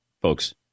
folks